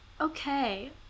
okay